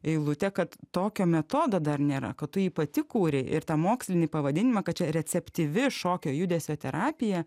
eilutė kad tokio metodo dar nėra kad tu jį pati kūrei ir tą mokslinį pavadinimą kad čia receptivi šokio judesio terapija